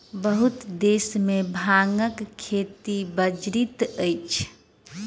बहुत देश में भांगक खेती वर्जित अछि